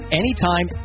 anytime